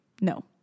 no